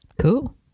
Cool